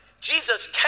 Jesus